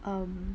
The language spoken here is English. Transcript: um